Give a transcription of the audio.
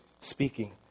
speaking